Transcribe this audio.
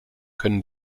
können